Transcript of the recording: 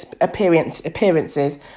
appearances